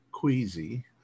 queasy